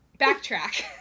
backtrack